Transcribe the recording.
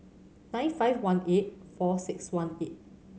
nine five one eight four six one eight